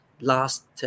last